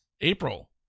April